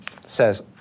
says